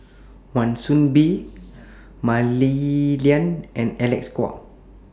Wan Soon Bee Mah Li Lian and Alec Kuok